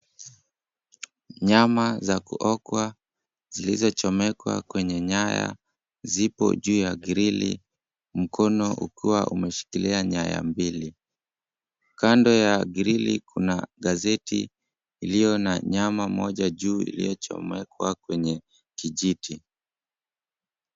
Nyama za kuokwa zilizochomekwa kwenye nyaya ziko juu ya grili mkono ukiwa umeshikilia nyaya mbili. Kando ya grili kuna gazeti iliyo na nyama moja juu iliyochomekwa kwenye kijiti.